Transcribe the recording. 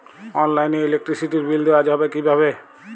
অনলাইনে ইলেকট্রিসিটির বিল দেওয়া যাবে কিভাবে?